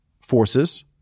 forces